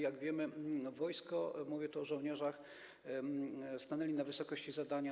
Jak wiemy, wojsko, mówię o żołnierzach, stanęło na wysokości zadania.